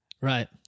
right